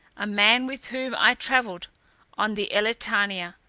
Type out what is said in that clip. a man with whom i travelled on the elletania.